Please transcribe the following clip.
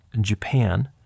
Japan